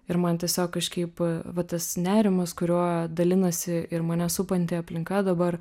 ir man tiesiog kažkaip va tas nerimas kuriuo dalinasi ir mane supanti aplinka dabar